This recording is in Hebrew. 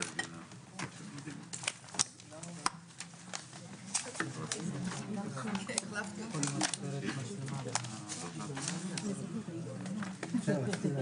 בשעה 10:50.